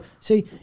See